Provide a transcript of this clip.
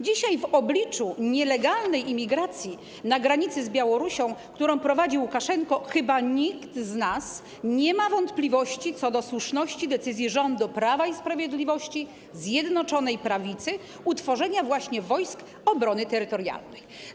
Dzisiaj w obliczu nielegalnej imigracji na granicy z Białorusią, którą prowadzi Łukaszenko, chyba nikt z nas nie ma wątpliwości co do słuszności decyzji rządu Prawa i Sprawiedliwości, Zjednoczonej Prawicy dotyczącej właśnie utworzenia Wojsk Obrony Terytorialnej.